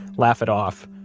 laugh it off,